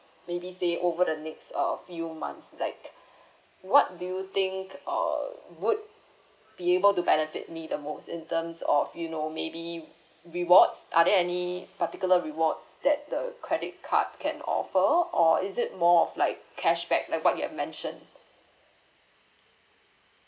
maybe say over the next uh few months like what do you think err would be able to benefit me the most in terms of you know maybe rewards are there any particular rewards that the credit card can offer or is it more of like cashback like what you mention